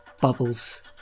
Bubbles